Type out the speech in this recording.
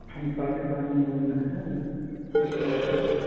ہم صادق عالم بول رہے ہیں لکھنؤ سے